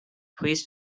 please